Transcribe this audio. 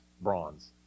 bronze